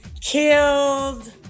killed